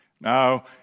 Now